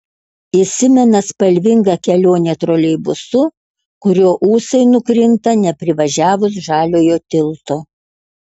įsimena spalvinga kelionė troleibusu kurio ūsai nukrinta neprivažiavus žaliojo tilto